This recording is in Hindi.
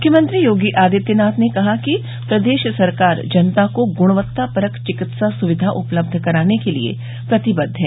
मुख्यमंत्री योगी आदित्यनाथ ने कहा है कि प्रदेश सरकार जनता को गुणवत्ता परक चिकित्सा सुविधा उपलब्ध कराने के लिये प्रतिबद्ध है